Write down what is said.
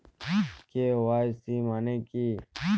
KYC মানে কী?